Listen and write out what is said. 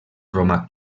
romà